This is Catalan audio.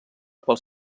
pels